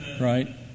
right